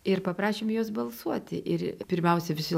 ir paprašėme juos balsuoti ir pirmiausia visi